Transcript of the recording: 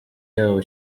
yabo